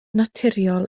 naturiol